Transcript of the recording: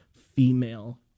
female